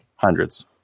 Hundreds